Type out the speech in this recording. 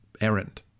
errand